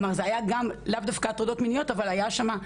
כלומר, לאו דווקא הטרדות מיניות אבל הייתה שם גם,